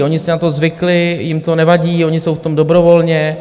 Oni si na to zvykli, jim to nevadí, oni jsou v tom dobrovolně.